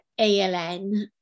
ALN